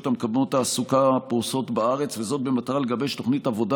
המקדמות תעסוקה הפרוסות בארץ במטרה לגבש תוכנית עבודה